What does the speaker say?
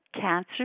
Cancer